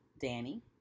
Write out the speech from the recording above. Danny